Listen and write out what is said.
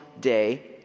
day